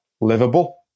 livable